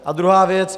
A druhá věc.